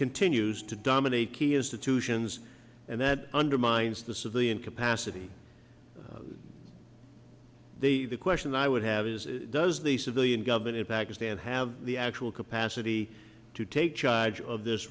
continues to dominate key is to to sions and that undermines the civilian capacity the the question i would have is does the civilian government in pakistan have the actual capacity to take charge of this